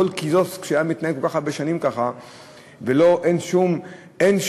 כל קיוסק שהיה מתנהל כל כך הרבה שנים ככה ואין שום שיפור,